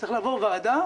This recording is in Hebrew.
צריך לעבור ועדה.